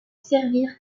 servir